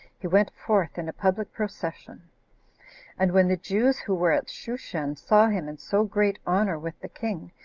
he went forth in a public procession and when the jews who were at shushan saw him in so great honor with the king,